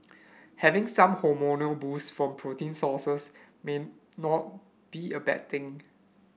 having some hormonal boost from protein sources may not be a bad thing